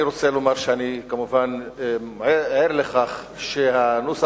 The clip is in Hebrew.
אני רוצה לומר שאני כמובן ער לכך שהנוסח